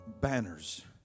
banners